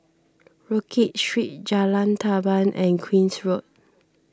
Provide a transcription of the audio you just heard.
Rodyk Street Jalan Tamban and Queen's Road